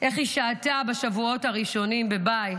איך היא שהתה בשבועות הראשונים בבית